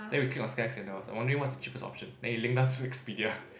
then we click on Skyscanner's ones I wondering what's the cheapest option then it link us to Expedia